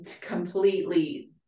completely